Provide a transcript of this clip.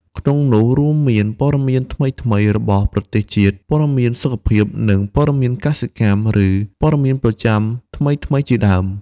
ក្នុងនោះរួមមាន ព័ត៌មានថ្មីៗរបស់ប្រទេសជាតិ ព័ត៌មានសុខភាព និងព័ត៌មានកសិកម្ម ឬព័ត៌មានប្រចាំថ្មីៗជាដើម។